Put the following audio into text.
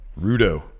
Rudo